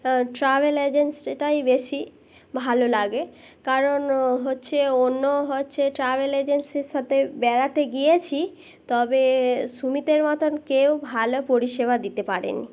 travel এজেন্সিটাই বেশি ভালো লাগে কারণ হচ্ছে অন্য হচ্ছে ট্রাভেল এজেন্সির সাথে বেড়াতে গিয়েছি তবে সুমিতের মতোন কেউ ভালো পরিষেবা দিতে পারে নি